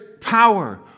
power